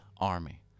Army